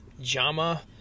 JAMA